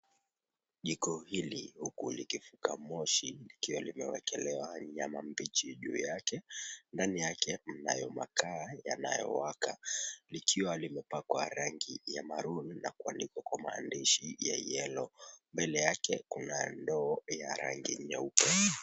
Jiko hili huku likifuka moshi likiwa limewekelewa nyama mbichi juu yake. Ndani yake mnayo makaa yanayowaka likiwa limepakwa rangi ya maroon na kuandikwa kwa maandishi ya yellow . Mbele yake kuna ndoo ya rangi nyeupe.